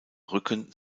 rücken